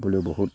পাবলৈ বহুত